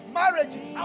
marriages